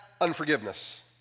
Unforgiveness